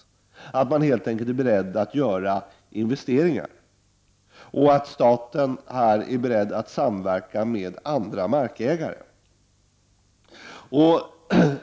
Staten måste helt enkelt vara beredd att göra investeringar och samverka med andra markägare.